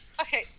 Okay